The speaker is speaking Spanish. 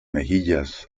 mejillas